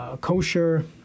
kosher